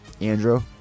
Andrew